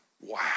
Wow